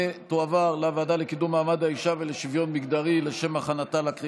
לוועדה לקידום מעמד האישה ולשוויון מגדרי נתקבלה.